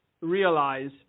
realize